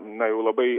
na jau labai